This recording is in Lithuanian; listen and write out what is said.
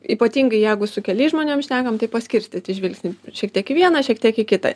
ypatingai jeigu su keliais žmonėm šnekam tai paskirstyti žvilgsnį šiek tiek į vieną šiek tiek į kitą